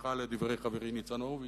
בתמיכה לדברי חברי חבר הכנסת ניצן הורוביץ,